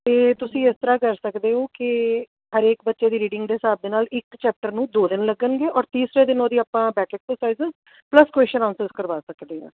ਅਤੇ ਤੁਸੀਂ ਇਸ ਤਰ੍ਹਾਂ ਕਰ ਸਕਦੇ ਹੋ ਕਿ ਹਰੇਕ ਬੱਚੇ ਦੀ ਰੀਡਿੰਗ ਦੇ ਹਿਸਾਬ ਦੇ ਨਾਲ ਇੱਕ ਚੈਪਟਰ ਨੂੰ ਦੋ ਦਿਨ ਲੱਗਣਗੇ ਔਰ ਤੀਸਰੇ ਦਿਨ ਉਹਦੀ ਆਪਾਂ back exercise plus question answers ਕਰਵਾ ਸਕਦੇ ਹਾਂ